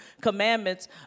commandments